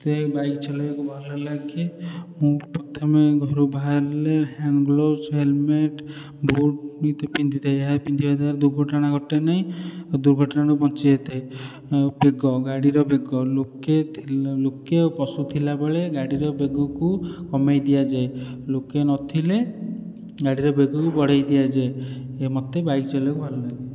ମୋତେ ବାଇକ୍ ଚଲେଇଆକୁ ଭଲ ଲାଗେ ମୁଁ ପ୍ରଥମେ ଘରୁ ବାହାରିଲେ ହ୍ୟାଣ୍ଡ୍ ଗ୍ଳୋବ୍ସ ହେଲମେଟ୍ ବୁଟ୍ ବି ଇତ୍ୟାଦି ପିନ୍ଧିଥାଏ ଏହା ପିନ୍ଧିବା ଦ୍ଵାରା ଦୁର୍ଘଟଣା ଘଟେ ନାହିଁ ଦୁର୍ଘଟଣାରୁ ବଞ୍ଚି ଯାଇଥାଏ ଆଉ ବେଗ ଗାଡ଼ିର ବେଗ ଲୋକେ ଥିଲା ଲୋକେ ବସିଥିଲା ବେଳେ ଗାଡ଼ିର ବେଗକୁ କମେଇ ଦିଆଯାଏ ଲୋକେ ନଥିଲେ ଗାଡ଼ିର ବେଗକୁ ବଢ଼େଇ ଦିଆଯାଏ ଏ ମୋତେ ବାଇକ୍ ଚଲେଇଆକୁ ଭଲ ଲାଗେ